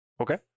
Okay